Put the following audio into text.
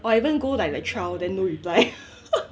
or haven't go like the trial then no reply